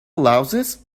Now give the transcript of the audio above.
louses